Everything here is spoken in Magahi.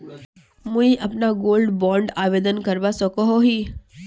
मुई अपना गोल्ड बॉन्ड आवेदन करवा सकोहो ही?